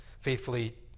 faithfully